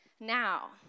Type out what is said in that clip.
now